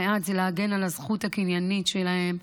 המעט זה להגן על הזכות הקניינית שלהם,